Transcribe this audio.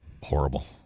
Horrible